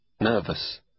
nervous